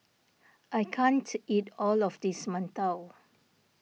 I can't eat all of this Mantou